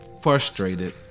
frustrated